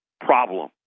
problem